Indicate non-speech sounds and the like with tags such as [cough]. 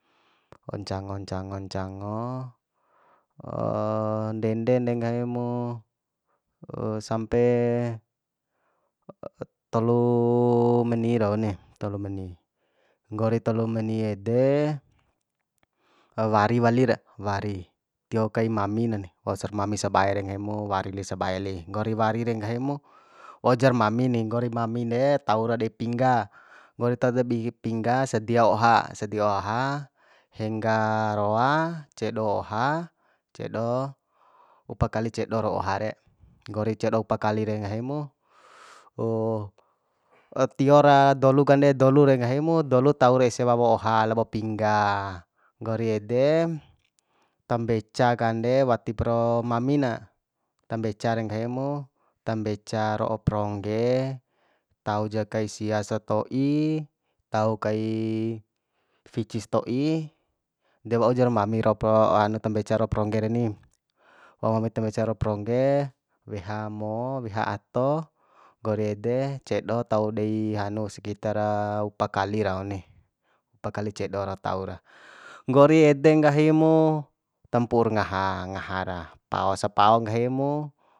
Wau ncango ncango ncango [hesitation] ndenden re nggahi mu [hesitation] sampe [hesitation] tolu meni rau ni tolu meni nggori tolu meni ede [hesitation] wari wali ra wari tio kai mami na ni waursa mami sabae re nggahi mu wari li sabae li nggori wari re nggahimu waujar mami ni nggori mamin de taura dei pingga nggori tau [hesitation] pingga sadia oha sadia oha hengga roa cedo oha cedo upa kali cedo ra oha re nggori cedo upa kali re nggahi mu [hesitation] tio ra dolu kande dolu re nggahimu dolu tau ra ese wawo oha labo pingga nggori ede tambeca kande watipara mami na tambeca re nggahi mu tambeca ro'o prongge tau ja kai sia sato'i tau kai ficis sto'i de waujar mami rau ro'o [hesitation] hanu tambeca ro'o prongge reni wau mami tambeca ro'o prongge weha mo weha ato nggori ede cedo tau dei hanis skitara upa kali rau ni upa kali cedo ra tau ra nggori ede nggahi mu tampu'ur ngaha ngaha ra pao pao sapao ka nggahi mu